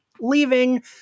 leaving